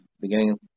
beginning